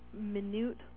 minute